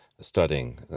studying